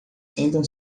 sentam